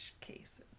cases